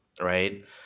right